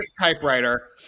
typewriter